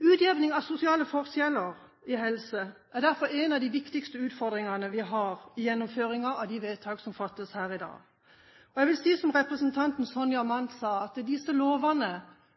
Utjevning av sosiale forskjeller i helse er derfor en av de viktigste utfordringene vi har i gjennomføringen av de vedtak som fattes her i dag. Jeg vil si som representanten Sonja Mandt sa, at disse lovene